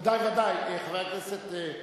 בוודאי ובוודאי, חבר הכנסת.